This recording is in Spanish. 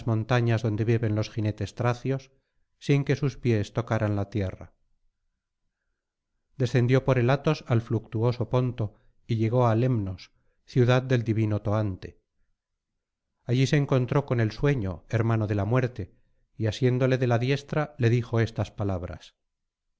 montañas donde viven los jinetes tracios sin que sus pies tocaran la tierra descendió por el atos al fluctuoso ponto y llegó á lemnos ciudad del divino toante allí se encontró con el sueño hermano de la muerte y asiéndole de la diestra le dijo estas palabras